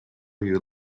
you